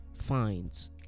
finds